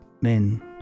men